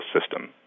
system